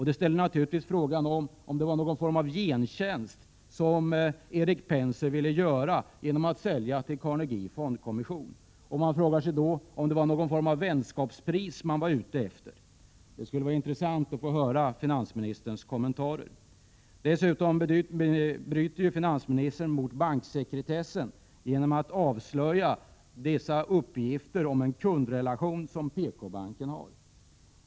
Det ger naturligtvis upphov till frågan om Erik Penser vill göra någon form av gentjänst genom att sälja Carnegie Fondkommission. Man frågar sig om PKbanken var ute efter något slags vänskapspris. Det skulle vara intressant att höra finansministerns kommentar till detta. Dessutom bryter finansministern mot banksekretessen genom att avslöja dessa uppgifter om en kundrelation som Pkbanken har.